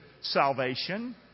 salvation